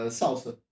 salsa